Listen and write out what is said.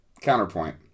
counterpoint